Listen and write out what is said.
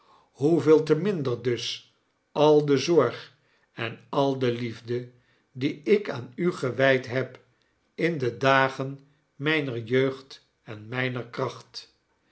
hoeveel te minder dus al de zorg en al de liefde die ik aan u gewijd heb in de dagen mijner jeugd en mijner kracht